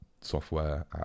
software